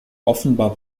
offenbar